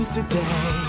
today